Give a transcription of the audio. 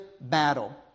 battle